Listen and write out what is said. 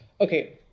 okay